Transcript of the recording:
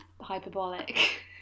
hyperbolic